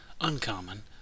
uncommon